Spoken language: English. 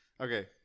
okay